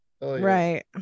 right